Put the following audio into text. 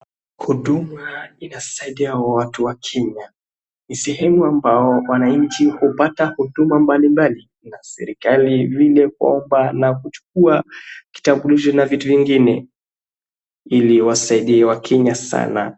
Huduma inasaidia watu wa Kenya. Ni sehemu ambao wananchi hupata huduma mabalimbali na serikali vile kuwapa na kuchukua kitambulisho na vitu vingine ili wasaidie wakenya sana.